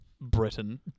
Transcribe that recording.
Britain